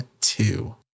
two